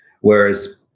Whereas